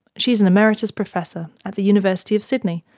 she is an emeritus professor at the university of sydney,